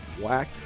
whack